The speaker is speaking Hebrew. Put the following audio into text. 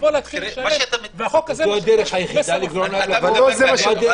לבוא ולהתחיל לשלם ------ אתה מתייחס